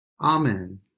Amen